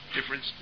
difference